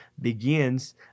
begins